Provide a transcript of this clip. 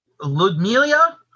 Ludmila